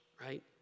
right